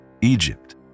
Egypt